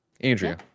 Andrea